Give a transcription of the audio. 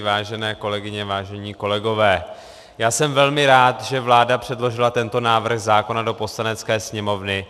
Vážené kolegyně, vážení kolegové, jsem velmi rád, že vláda předložila tento návrh zákona do Poslanecké sněmovny.